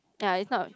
ya it's not